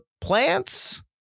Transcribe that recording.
plants